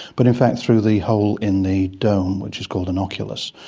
but in fact through the hole in the dome which is called an oculus.